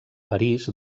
parís